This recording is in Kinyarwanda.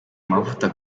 amavuta